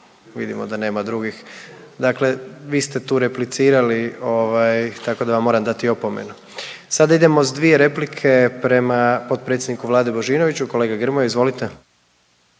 Vidimo da nema drugih. Dakle, vi ste tu replicirali, ovaj, tako da vam moram dati opomenu. Sada idemo s dvije replike prema potpredsjedniku Vlade Božinoviću, kolega Grmoja, izvolite.